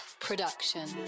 production